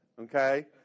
okay